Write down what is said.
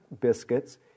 biscuits